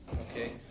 Okay